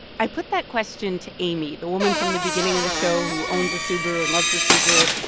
i put that question to amy, the woman from the beginning of the show who owns a subaru and loves the subaru.